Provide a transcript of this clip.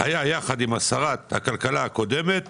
יחד עם שרת הכלכלה הקודמת